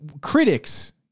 critics